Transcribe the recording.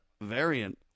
variant